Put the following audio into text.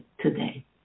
today